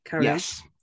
Yes